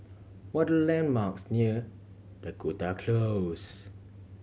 what the landmarks near Dakota Close